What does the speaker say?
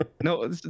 No